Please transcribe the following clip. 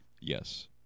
Yes